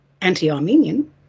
anti-Armenian